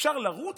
אפשר לרוץ,